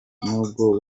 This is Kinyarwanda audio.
nubwo